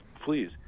please